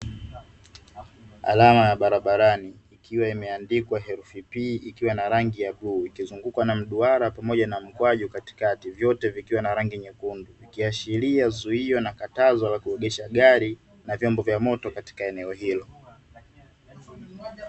Alama ya barabarani ikiwa imeandikwa herufi "P" ikiwa na rangi ya bluu ikizungukwa na mduara pamoja na mkwaju katikati vyoote vikiwa na rangi nyekundu, ikiashiria zuio na katazo la kuegesha gari na vyombo vya moto katika eneo hilo.